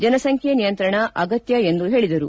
ಜನಸಂಖ್ಯಾ ನಿಯಂತ್ರಣ ಅಗತ್ಯ ಎಂದು ಹೇಳಿದರು